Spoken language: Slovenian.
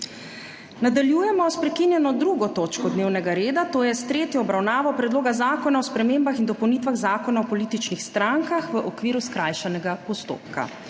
Nadaljujemo s prekinjeno 2. točko dnevnega reda - tretja obravnava Predloga zakona o spremembah in dopolnitvah Zakona o političnih strankah, v okviru skrajšanega postopka.